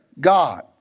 God